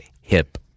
hip